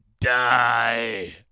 Die